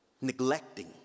Neglecting